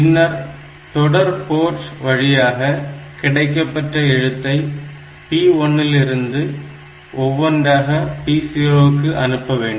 பின்னர் தொடர் போர்ட் வழியாக கிடைக்கப்பெற்ற எழுத்தை P1 இல் இருந்து ஒவ்வொன்றாக P0 க்கு அனுப்ப வேண்டும்